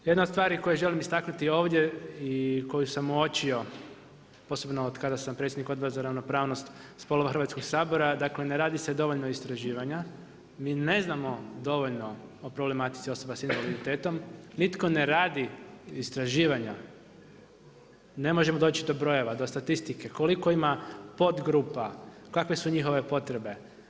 Jedna o stvari koje želim istaknuti ovdje i koju sam uočio posebno od kada sam predsjednik Odbora za ravnopravnost spolova Hrvatskog sabora, dakle ne radi se dovoljno istraživanja, mi ne znamo dovoljno o problematici osoba s invaliditetom, nitko ne radi istraživanja, ne možemo doći do brojeva, do statistike, koliko ima podgrupa, kakve su njihove potrebe.